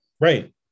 Right